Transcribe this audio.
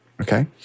okay